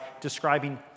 describing